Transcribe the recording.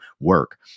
work